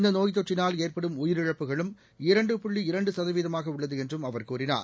இந்த நோய் தொற்றினால் ஏற்படும் உயிரிழப்புகளும் இரண்டு புள்ளி இரண்டு சதவீதமாக உள்ளது என்றும் அவர் கூறினார்